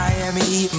Miami